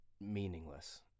meaningless